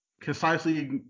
concisely